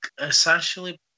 essentially